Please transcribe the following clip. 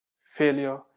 Failure